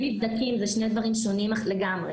זה מבדקים, זה שני דברים שונים לגמרי.